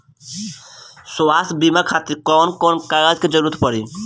स्वास्थ्य बीमा खातिर कवन कवन कागज के जरुरत पड़ी?